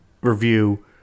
review